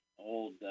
old